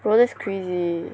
bro that's crazy